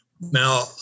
Now